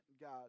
God